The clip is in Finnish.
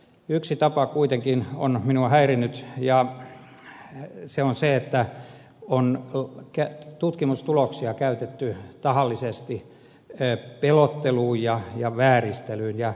yksi tapa kuitenkin on minua häirinnyt ja se on se että on tutkimustuloksia käytetty tahallisesti pelotteluun ja vääristelyyn